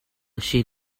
she